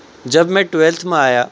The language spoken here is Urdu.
جب میں ٹویلتھ میں آیا